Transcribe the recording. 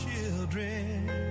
children